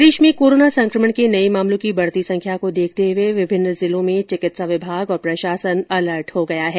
प्रदेश में कोरोना संकमण के नए मामलों की बढ़ती संख्या को देखते हुए विभिन्न जिलों में चिकित्सा विभाग और प्रशासन अलर्ट हो गया है